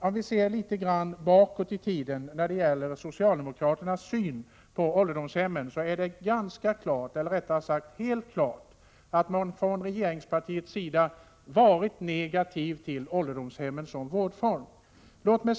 Om vi ser litet grand bakåt i tiden när det gäller socialdemokraternas syn på ålderdomshemmen, är det helt klart att man från regeringspartiets sida har varit negativ till ålderdomshemmen som vårdform.